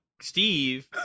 Steve